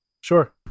Sure